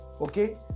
okay